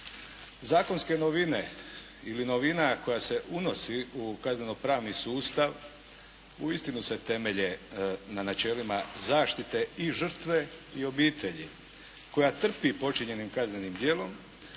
Zakonske novine ili novina koja se unosi u kazneno pravni sustav uistinu se temelje na načelima zaštite i žrtve i obitelji koja trpi počinjenim kaznenim djelom,